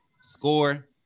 Score